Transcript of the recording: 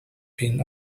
been